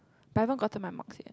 but I haven't gotten my marks yet